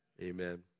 Amen